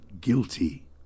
guilty